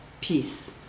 Peace